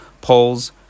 polls